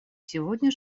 сегодня